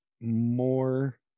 more